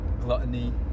gluttony